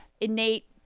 innate